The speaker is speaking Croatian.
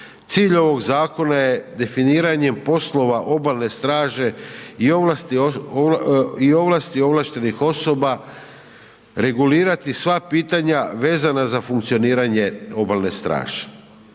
Cilj ovog zakona je definiranje poslova obalne straže i ovlasti ovlaštenih osoba, regulirati sva pitanja vezana za funkcioniranje obalne straže.